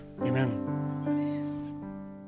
amen